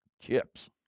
chips